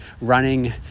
running